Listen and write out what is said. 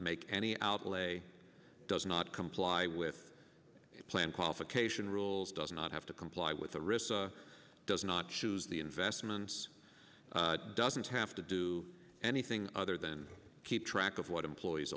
make any outlay does not comply with a plan qualification rules does not have to comply with the risk does not choose the investments doesn't have to do anything other than keep track of what employees